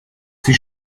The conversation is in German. sie